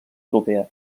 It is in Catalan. europea